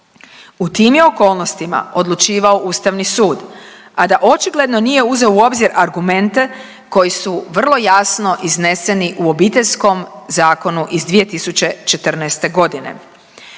O tim je okolnostima odlučivao Ustavni sud, a da očigledno nije uzeo u obzir argumente koji su vrlo jasno izneseni u Obiteljskom zakonu iz 2014. g.